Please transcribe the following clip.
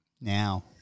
now